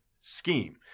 scheme